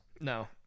No